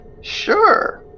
Sure